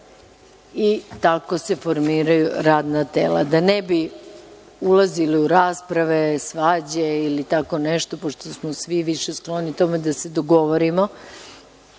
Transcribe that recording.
i tako se formiraju radna tela. Da ne bi ulazili u rasprave, svađe ili tako nešto, pošto smo svi više skloni tome da se dogovorimo